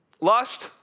lust